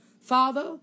Father